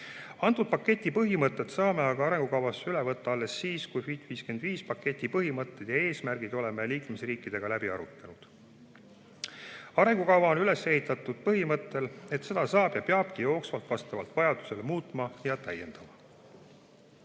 Selle paketi põhimõtted saame arengukavasse üle võtta alles siis, kui oleme paketi "Fit for 55" põhimõtted ja eesmärgid liikmesriikidega läbi arutanud. Arengukava on üles ehitatud põhimõttel, et seda saab ja peabki jooksvalt, vastavalt vajadusele muutma ja täiendama.